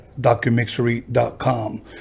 DocuMixery.com